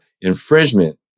infringement